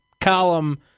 column